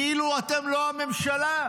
כאילו אתם לא הממשלה.